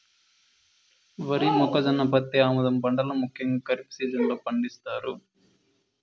వరి, మొక్కజొన్న, పత్తి, ఆముదం పంటలను ముఖ్యంగా ఖరీఫ్ సీజన్ లో పండిత్తారు